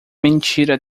mentira